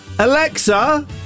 Alexa